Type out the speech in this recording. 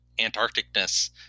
Antarcticness